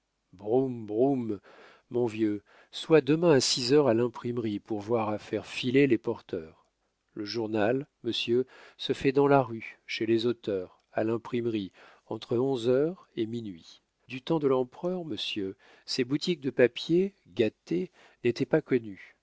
broum broum mon vieux sois demain à six heures à l'imprimerie pour voir à faire filer les porteurs le journal monsieur se fait dans la rue chez les auteurs à l'imprimerie entre onze heures et minuit du temps de l'empereur monsieur ces boutiques de papier gâté n'étaient pas connues